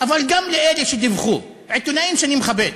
אבל גם לאלה שדיווחו, עיתונאים שאני מכבד,